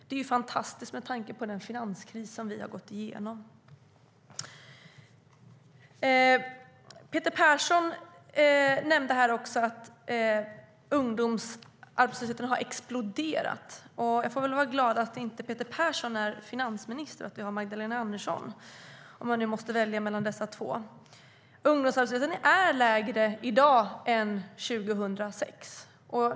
Det är fantastiskt med tanke på den finanskris som vi har gått igenom. Peter Persson sade att arbetslösheten har exploderat. Och jag får väl vara glad att inte Peter Persson är finansminister utan Magdalena Andersson, om jag nu måste välja mellan dessa två. Ungdomsarbetslösheten är lägre i dag än 2006.